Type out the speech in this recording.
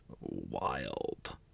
wild